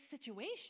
situation